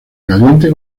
caliente